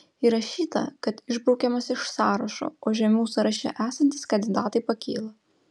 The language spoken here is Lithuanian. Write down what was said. įrašyta kad išbraukiamas iš sąrašo o žemiau sąraše esantys kandidatai pakyla